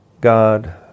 God